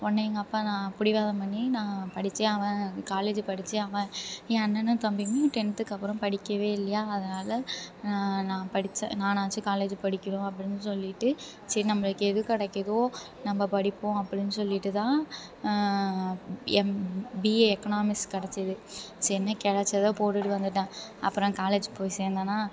உடனே எங்கள் அப்பா நான் பிடிவாதம் பண்ணி நான் படித்தே ஆவேன் காலேஜு படித்தே ஆவேன் என் அண்ணனும் தம்பியுமே டென்துக்கப்புறம் படிக்கவே இல்லையா அதனால் நான் படித்து நானாச்சும் காலேஜு படிக்கணும் அப்படின்னு சொல்லிவிட்டு சரி நம்மளுக்கு எது கிடைக்கிதோ நம்ம படிப்போம் அப்படின்னு சொல்லிவிட்டு தான் எம் பிஏ எக்னாமிக்ஸ் கிடைச்சிது சரின்னு கிடைச்சத போட்டுட்டு வந்துவிட்டேன் அப்புறம் காலேஜ் போய் சேர்ந்தேனா